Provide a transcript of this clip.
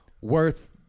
worth